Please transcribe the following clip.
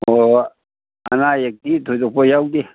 ꯑꯣ ꯑꯅꯥ ꯑꯌꯦꯛꯇꯤ ꯊꯣꯏꯗꯣꯛꯄ ꯌꯥꯎꯗꯦ